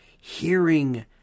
hearing